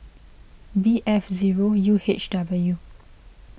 B F zero U H W